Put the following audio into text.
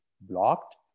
blocked